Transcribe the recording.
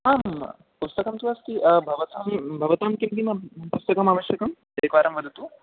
आम् पुस्तकं तु अस्ति भवतां भवतां किं किं पुस्तकमवश्यकम् एकवारं वदतु